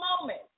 moment